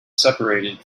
separated